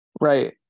Right